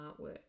artwork